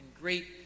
great